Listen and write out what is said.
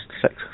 six